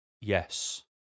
yes